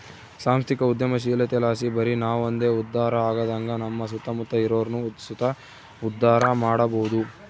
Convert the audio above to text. ಸಾಂಸ್ಥಿಕ ಉದ್ಯಮಶೀಲತೆಲಾಸಿ ಬರಿ ನಾವಂದೆ ಉದ್ಧಾರ ಆಗದಂಗ ನಮ್ಮ ಸುತ್ತಮುತ್ತ ಇರೋರ್ನು ಸುತ ಉದ್ಧಾರ ಮಾಡಬೋದು